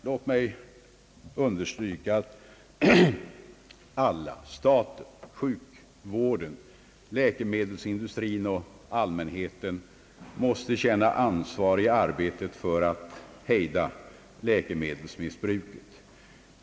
Låt mig betona att alla, staten, sjukvården, läkemedelsindustrin och allmänheten, måste känna ansvar i arbetet för att hejda läkemedelsmiss bruket.